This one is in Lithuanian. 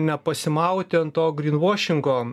nepasimauti ant to grinvošingo